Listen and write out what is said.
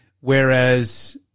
whereas